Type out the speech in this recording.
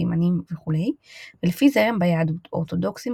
תימנים וכו' – ולפי זרם ביהדות – אורתודוקסים,